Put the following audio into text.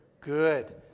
Good